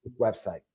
website